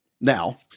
now